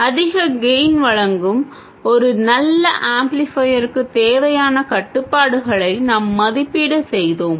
அதிக கெய்ன் வழங்கும் ஒரு நல்ல ஆம்ப்ளிஃபையருக்கு தேவையான கட்டுப்பாடுகளை நாம் மதிப்பீடு செய்தோம்